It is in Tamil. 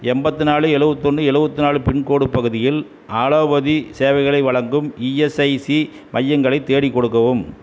எம்பத்திநாலு எழுபத்தொன்னு எழுபத்தினாலு பின்கோடு பகுதியில் ஆலோபதி சேவைகளை வழங்கும் இஎஸ்ஐசி மையங்களை தேடி கொடுக்கவும்